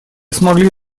смогли